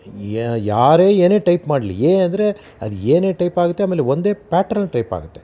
ಯ ಯಾರೇ ಏನೇ ಟೈಪ್ ಮಾಡಲಿ ಎ ಅಂದರೆ ಅದು ಎನೇ ಟೈಪ್ ಆಗುತ್ತೆ ಆಮೇಲೆ ಒಂದೇ ಪ್ಯಾಟ್ರನಲ್ಲಿ ಟೈಪ್ ಆಗುತ್ತೆ